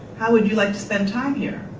how would you like to spend time here?